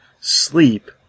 sleep